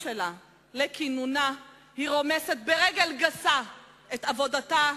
לכינונה היא רומסת ברגל גסה את עבודתה,